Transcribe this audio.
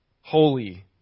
Holy